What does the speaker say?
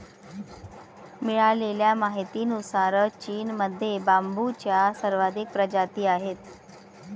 मिळालेल्या माहितीनुसार, चीनमध्ये बांबूच्या सर्वाधिक प्रजाती आहेत